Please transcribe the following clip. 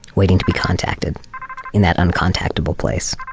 waiting to be contacted in that un-contactable place